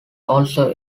also